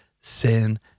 sin